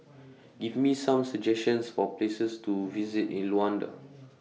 Give Me Some suggestions For Places to visit in Luanda